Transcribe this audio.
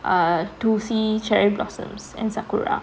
uh to see cherry blossoms and sakura